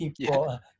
people